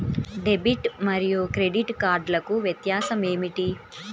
Debit మరియు credit కార్డ్లకు వ్యత్యాసమేమిటీ?